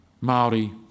Maori